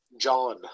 John